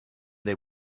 they